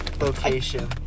Location